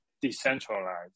decentralized